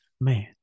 man